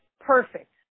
perfect